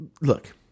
Look